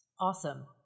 Awesome